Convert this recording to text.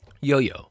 Yo-yo